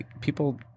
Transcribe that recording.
people